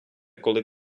коли